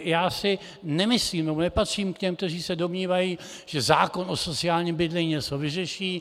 Já si nemyslím, nebo nepatřím k těm, kteří se domnívají, že zákon o sociálním bydlení něco vyřeší.